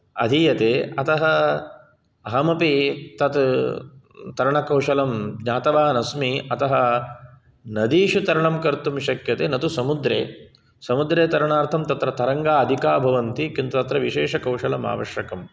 अधीयते अतः अहमपि तत् तरणकौशलं ज्ञातवानस्मि अतः नदीषु तरणं कर्तुं शक्यते न तु समुद्रे समुद्रे तरणार्थं तत्र तरङ्गा अधिका भवन्ति किन्तु अत्र विशेषकौशलम् आवश्यकम्